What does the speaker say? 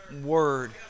word